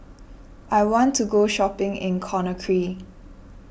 I want to go shopping in Conakry